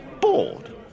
Bored